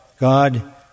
God